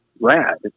rad